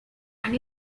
and